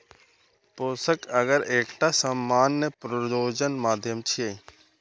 पोषक अगर एकटा सामान्य प्रयोजन माध्यम छियै